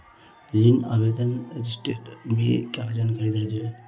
ऋण आवेदन रजिस्टर में क्या जानकारी दर्ज है?